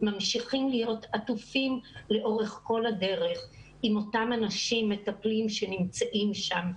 ממשיכים להיות עטופים לאורך כל הדרך עם אותם אנשים מטפלים שנמצאים שם.